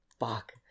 fuck